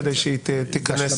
כדי שהיא תיכנס.